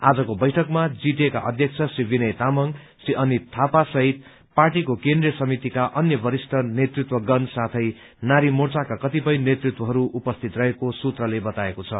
आजको बैठकमा जीटीएका अध्यक्ष श्री विनय तामाङ श्री अनित थापा सहित पार्टी केन्द्रीय समितिका अन्य वरिष्ठ नेतृत्वगण साथै नारी मोर्चाका कतिपय नेतृत्वहरू उपस्थित रहेको सूत्रले बताएको छ